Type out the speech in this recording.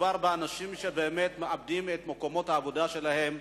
מדובר באנשים שבאמת מאבדים את מקומות העבודה שלהם.